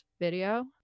video